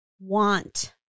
want